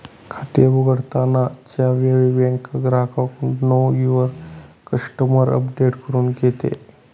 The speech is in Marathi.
खाते उघडताना च्या वेळी बँक ग्राहकाकडून नो युवर कस्टमर अपडेट करून घेते